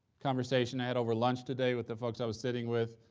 conversation i had over lunch today with the folks i was sitting with,